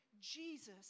Jesus